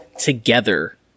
together